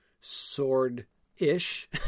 sword-ish